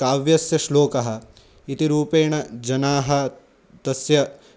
काव्यस्य श्लोकः इति रूपेण जनाः तस्य